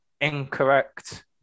Incorrect